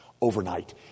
overnight